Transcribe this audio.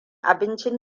abincin